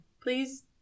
Please